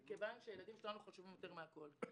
כי הילדים שלנו חשובים יותר מכול.